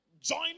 join